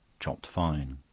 chopped fine.